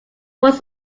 was